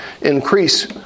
increase